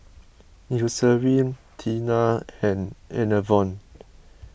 Eucerin Tena and Enervon